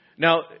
Now